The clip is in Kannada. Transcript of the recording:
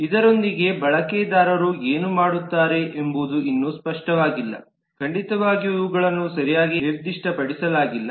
ಇದರೊಂದಿಗೆ ಬಳಕೆದಾರರು ಏನು ಮಾಡುತ್ತಾರೆ ಎಂಬುದು ಇನ್ನೂ ಸ್ಪಷ್ಟವಾಗಿಲ್ಲ ಖಂಡಿತವಾಗಿಯೂ ಇವುಗಳನ್ನು ಸರಿಯಾಗಿ ನಿರ್ದಿಷ್ಟಪಡಿಸಲಾಗಿಲ್ಲ